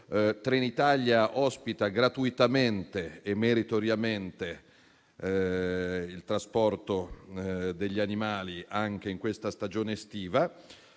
Trenitalia ospita, gratuitamente e meritoriamente, il trasporto degli animali anche in questa stagione estiva.